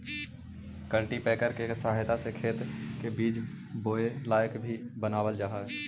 cultipacker के सहायता से खेत के बीज बोए लायक भी बनावल जा हई